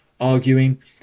arguing